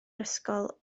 ysgol